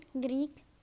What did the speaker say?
Greek